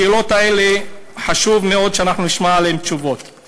השאלות האלה, חשוב מאוד שאנחנו נשמע תשובות עליהן.